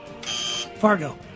fargo